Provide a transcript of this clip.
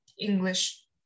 English